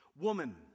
Woman